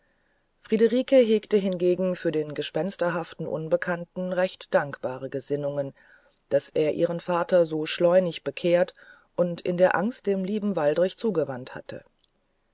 friederike hegte hingegen für den gespensterhaften unbekannten recht dankbare gesinnungen daß er ihren vater so schleunig bekehrt und in der angst dem lieben waldrich zugewandt hatte